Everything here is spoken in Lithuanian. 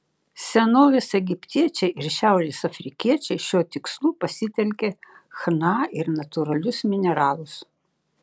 senovės egiptiečiai ir šiaurės afrikiečiai šiuo tikslu pasitelkė chna ir natūralius mineralus